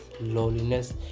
loneliness